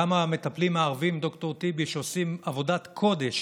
גם המטפלים הערבים, ד"ר טיבי, שעושים עבודת קודש